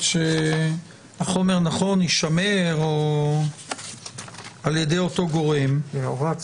שהחומר יישמר על-ידי אותו גורם -- הוראת סודיות.